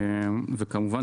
כמובן,